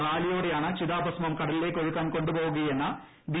റാലിയോടെയാണ് ചിതാഭസ്മം കടലിലേക്ക് ഒഴുക്കാൻ കൊണ്ടുപോകുകയെന്ന് ബി